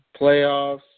playoffs